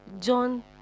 John